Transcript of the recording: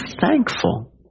thankful